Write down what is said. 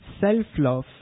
Self-love